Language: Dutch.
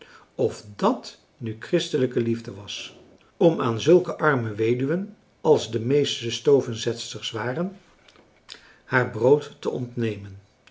of dàt nu christelijke liefde was om aan zulke arme weduwen als de meeste stovenzetsters waren haar brood te ontnemen